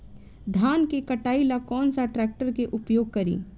धान के कटाई ला कौन सा ट्रैक्टर के उपयोग करी?